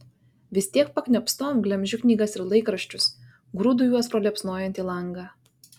vis tiek pakniopstom glemžiu knygas ir laikraščius grūdu juos pro liepsnojantį langą